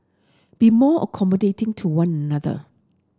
be more accommodating to one another